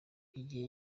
igihe